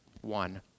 one